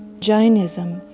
jainism,